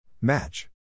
Match